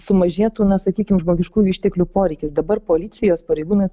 sumažėtų na sakykim žmogiškųjų išteklių poreikis dabar policijos pareigūnai